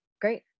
great